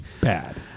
bad